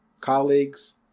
colleagues